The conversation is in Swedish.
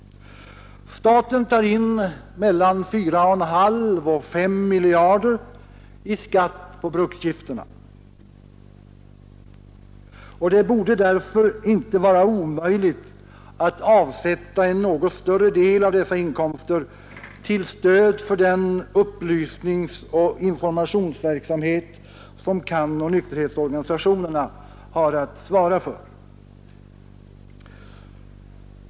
Staten tar in mellan 4,5 och 5 miljarder i skatt på bruksgifterna, och det borde därför inte vara omöjligt att avsätta en något större del av dessa inkomster till stöd för den upplysningsoch informationsverksamhet, som CAN och nykterhetsorganisationerna har att svara för.